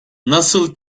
nasıl